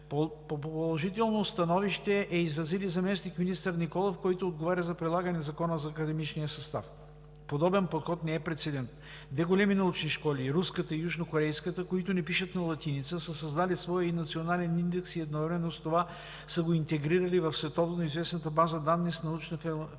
Положително становище е изразил и заместник-министър Николов, който отговаря за прилагане на Закона за академичния състав. Подобен подход не е прецедент. Две големи научни школи – и руската, и южнокорейската, които не пишат на латиница, са създали свой национален индекс и едновременно с това са го интегрирали в световноизвестната база данни с научната информация